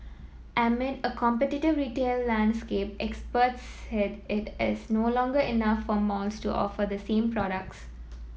amid a competitive retail landscape experts said it as no longer enough for malls to offer the same products